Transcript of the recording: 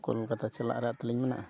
ᱠᱳᱞᱠᱟᱛᱟ ᱪᱟᱞᱟᱜ ᱨᱮᱭᱟᱜ ᱛᱟᱹᱞᱤᱧ ᱢᱮᱱᱟᱜᱼᱟ